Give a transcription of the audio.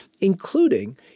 including